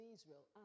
Israel